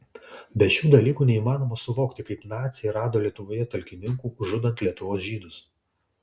be šių dalykų neįmanoma suvokti kaip naciai rado lietuvoje talkininkų žudant lietuvos žydus